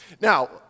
Now